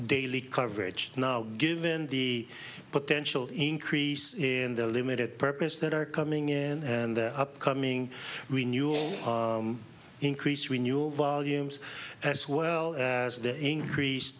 daily coverage now given the potential increase in the limited purpose that are coming in and the upcoming we knew increase we knew of volumes as well as the increased